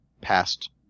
past